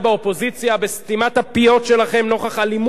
בסתימת הפיות שלכם נוכח אלימות המפגינים,